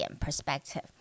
perspective